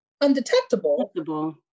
undetectable